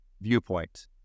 viewpoint